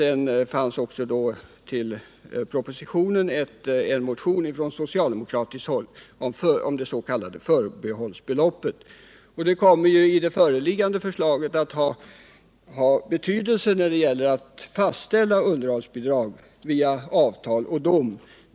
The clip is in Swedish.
Det fanns också en motion från socialdemokratiskt håll om det s.k. förbehållsbeloppet. I det föreliggande förslaget kommer det att ha betydelse när det gäller att fastställa underhållsbidrag via avtal och dom.